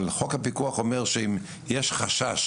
אבל חוק הפיקוח אומר שאם יש חשש